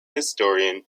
historian